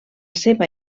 seva